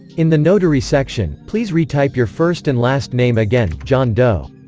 in the notary section, please retype your first and last name again john doe